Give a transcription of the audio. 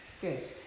Good